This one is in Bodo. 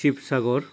शिबसागर